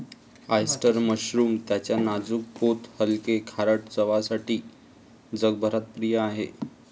oyster mushroom त्याच्या नाजूक पोत हलके, खारट चवसाठी जगभरात प्रिय आहे